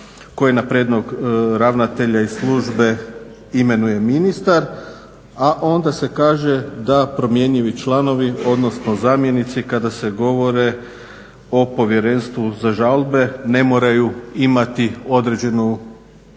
koji na prijedlog ravnatelja i službe imenuje ministar, a onda se kaže da promjenjivi članovi, odnosno zamjenici kada se govore o povjerenstvu za žalbe ne moraju imati određenu